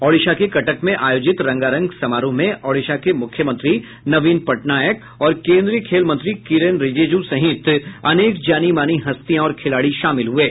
ओडिशा के कटक में आयोजित रंगारंग समारोह में ओडिशा के मुख्यमंत्री नवीन पटनायक और केंद्रीय खेल मंत्री किरेन रिजिजू सहित अनेक जानी मानी हस्तियां और खिलाड़ी शामिल हुये